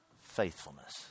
faithfulness